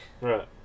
Right